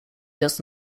does